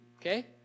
Okay